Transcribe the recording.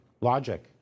Logic